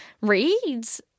reads